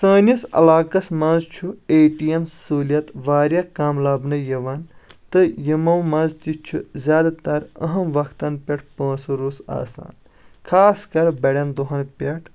سٲنِس علاقس منٛز چھُ اے ٹی ایم سہولیت واریاہ کم لبنہٕ یِوان تہٕ یِمو منٛز تہِ چھُ زیٛادٕ تر اہم وقتن پٮ۪ٹھ پونٛسہٕ رُس آسان خاص کر بڈٮ۪ن دۄہن پٮ۪ٹھ